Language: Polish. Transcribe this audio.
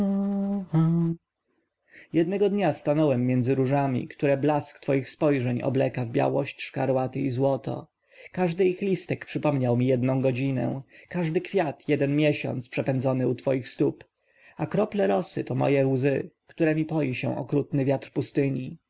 jednego dnia stanąłem między różami które blask twoich spojrzeń obleka w białość szkarłaty i złoto każdy ich listek przypomniał mi jedną godzinę każdy kwiat jeden miesiąc przepędzony u twoich stóp a krople rosy to moje łzy któremi poi się okrutny wiatr pustyni